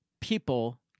people